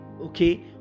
okay